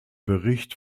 bericht